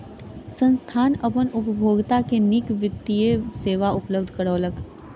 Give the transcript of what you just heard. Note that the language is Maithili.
संस्थान अपन उपभोगता के नीक वित्तीय सेवा उपलब्ध करौलक